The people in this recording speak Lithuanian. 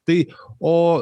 tai o